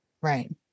Right